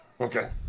Okay